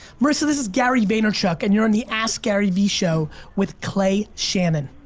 marisa, this is gary vaynerchuk and you're on the askgaryvee show with clay shannon.